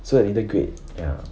so that 你的 grade ya